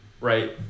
Right